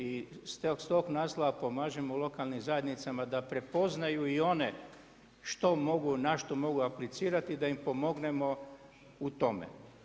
I s tog naslova pomažemo lokalnim zajednicama da prepoznaju i one što mogu, na što mogu aplicirati da im pomognemo u tome.